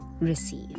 receive